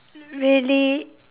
really